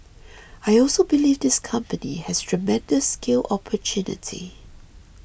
I also believe this company has tremendous scale opportunity